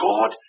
God